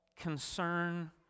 concern